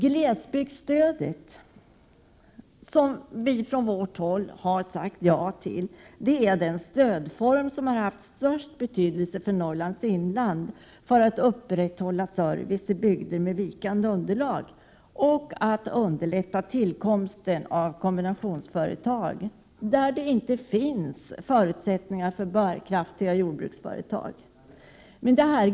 Glesbygdsstödet, som vi moderater har sagt ja till, är den stödform som haft den största betydelsen för Norrlands inlands möjligheter att upprätthålla service i bygder med vikande underlag och underlätta tillkomsten av kombinationsföretag på orter som saknar förutsättningar för bärkraftiga jordbruksföretag.